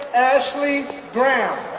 ashley graham,